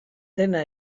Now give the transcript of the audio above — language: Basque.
dena